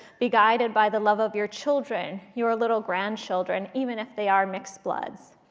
be guided by the love of your children, your little grandchildren, even if they are mixed bloods.